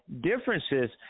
differences